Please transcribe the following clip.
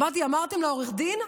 אמרתי: אמרתם לעורך דין?